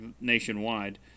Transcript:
nationwide